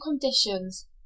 conditions